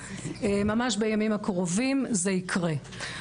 ממש בימים הקרובים זה ייקרה.